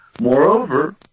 Moreover